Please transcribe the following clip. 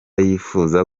yifuza